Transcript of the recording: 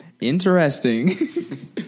interesting